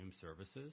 services